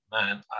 man